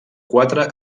quatre